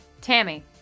Tammy